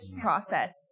process